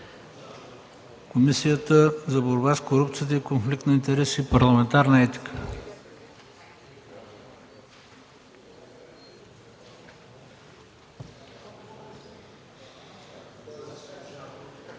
Комисията за борба с корупцията и конфликт на интереси и парламентарна етика.